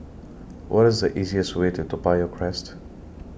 What IS The easiest Way to Toa Payoh Crest